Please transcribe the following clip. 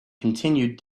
continued